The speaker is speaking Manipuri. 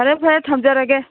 ꯐꯔꯦ ꯐꯔꯦ ꯊꯝꯖꯔꯒꯦ